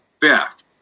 fifth